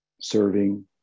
serving